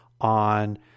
on